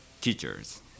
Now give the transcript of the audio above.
teachers